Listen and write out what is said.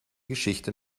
geschichte